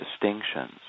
distinctions